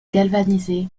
galvaniser